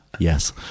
Yes